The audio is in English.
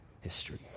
history